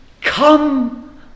come